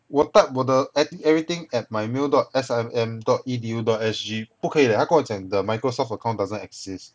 我 type 我的 I_D everything at my mail dot S_I_M dot E_D_U dot S_G 不可以 leh 它跟我讲 the microsoft account doesn't exist